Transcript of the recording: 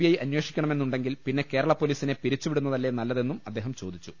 I അന്വേഷിക്കണമെന്നുണ്ടെങ്കിൽ പിന്നെ കേരള പൊലീസിനെ പിരിച്ചുവിടുന്നതല്ലെ നല്ലതെന്നും അദ്ദേഹം ചോദി ച്ചു